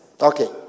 Okay